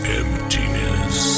emptiness